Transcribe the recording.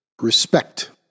respect